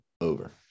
over